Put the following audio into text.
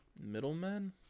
Middlemen